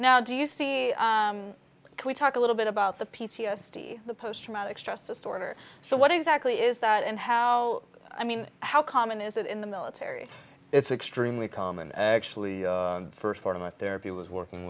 now do you see can we talk a little bit about the p t s d post traumatic stress disorder so what exactly is that and how i mean how common is it in the military it's extremely common actually the first part of my therapy was working